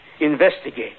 investigate